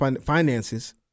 finances